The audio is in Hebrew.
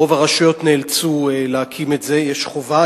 רוב הרשויות נאלצו להקים את זה, יש חובה.